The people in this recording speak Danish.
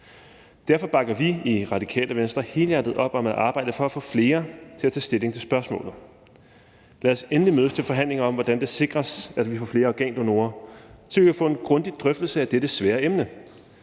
Derfor bakker vi i Radikale Venstre helhjertet op om at arbejde for at få flere til at tage stilling til spørgsmålet. Lad os endelig mødes til forhandlinger om, hvordan det sikres, at vi får flere organdonorer, så vi kan få en grundig drøftelse af dette svære emne.